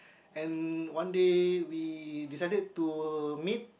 and one day we decided to meet